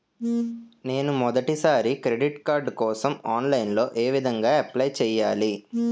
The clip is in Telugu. నేను మొదటిసారి క్రెడిట్ కార్డ్ కోసం ఆన్లైన్ లో ఏ విధంగా అప్లై చేయాలి?